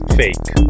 fake